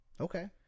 Okay